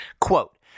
Quote